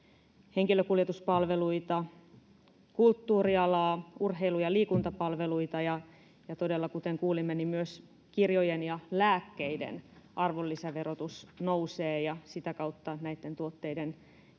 henkilökuljetuspalveluita, kulttuurialaa, urheilu- ja liikuntapalveluita, ja todella, kuten kuulimme, myös kirjojen ja lääkkeiden arvonlisäverotus nousee ja sitä kautta näitten tuotteiden